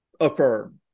Affirm